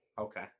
Okay